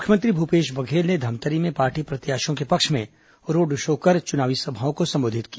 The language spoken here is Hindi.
मुख्यमंत्री भूपेश बघेल ने धमतरी में पार्टी प्रत्याशियों के पक्ष में रोड शो कर चुनावी सभाओं को संबोधित किया